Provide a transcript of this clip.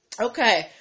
Okay